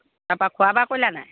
তাৰপৰা খোৱা বোৱা কৰিলা নাই